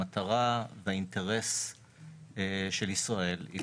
המטרה והאינטרס של ישראל היא,